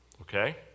okay